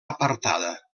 apartada